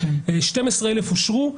12 אלף אושרו,